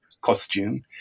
costume